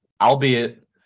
albeit